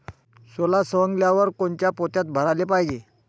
सोला सवंगल्यावर कोनच्या पोत्यात भराले पायजे?